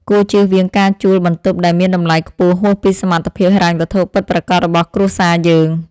គួរជៀសវាងការជួលបន្ទប់ដែលមានតម្លៃខ្ពស់ហួសពីសមត្ថភាពហិរញ្ញវត្ថុពិតប្រាកដរបស់គ្រួសារយើង។